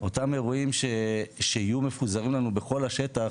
אותם אירועים שיהיו מפוזרים לנו בכל השטח,